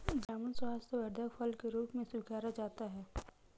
जामुन स्वास्थ्यवर्धक फल के रूप में स्वीकारा जाता है